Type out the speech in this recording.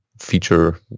feature